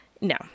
no